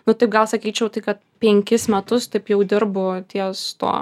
nu taip gal sakyčiau tai kad penkis metus taip jau dirbu ties tuo